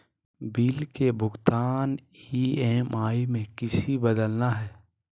Bill के भुगतान EMI में किसी बदलना है?